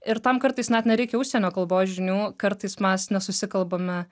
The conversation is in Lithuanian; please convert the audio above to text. ir tam kartais net nereikia užsienio kalbos žinių kartais mes nesusikalbame